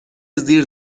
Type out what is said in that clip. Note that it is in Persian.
زیر